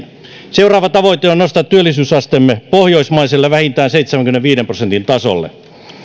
seuraava tavoite on nostaa työllisyysasteemme pohjoismaiselle vähintään seitsemänkymmenenviiden prosentin tasolle